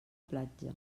platja